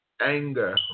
anger